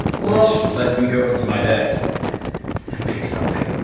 which lets me go into my deck and pick something.